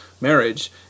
marriage